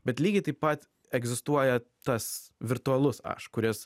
bet lygiai taip pat egzistuoja tas virtualus aš kuris